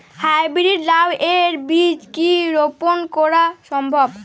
High breed লাও এর বীজ কি রোপন করা সম্ভব?